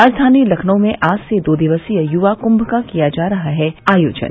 राजधानी लखनऊ में आज से दो दिवसीय युवा कुंभ का किया जा रहा है आयोजन